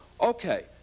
Okay